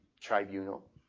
tribunal